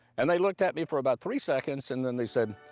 and they looked at me for about three seconds, and then they said,